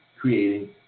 creating